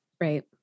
Right